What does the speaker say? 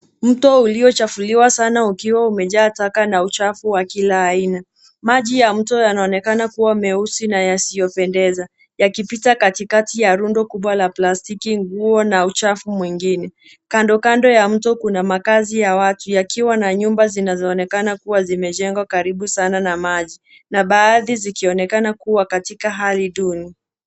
Mto uliochafuliwa sana ukiwa umejaa taka na uchafu wa kila aina. Maji ya mto yanaonekana kuwa meusi na yasiyopendeza, yakipita katikati ya rundo kubwa la plastiki, nguo na uchafu mwingine. Kando kando ya mto kuna makazi ya watu yakiwa na nyumba zinazoonekana kuwa zimejengwa karibu sana na maji, na baadhi zikionekana kuwa katika hali duni.